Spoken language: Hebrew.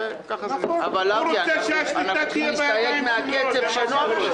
אני יכול להתקשר אליו ולבדוק איתו.